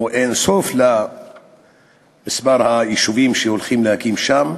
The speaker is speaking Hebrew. או אין סוף למספר היישובים שהולכים להקים שם,